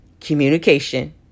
communication